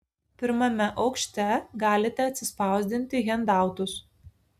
pirmame aukšte galite atsispausdinti hendautus